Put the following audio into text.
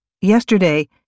Yesterday